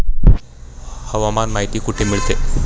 हवामान माहिती कुठे मिळते?